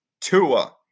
Tua